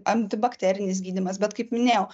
antibakterinis gydymas bet kaip minėjau